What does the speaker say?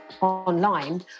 online